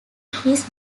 his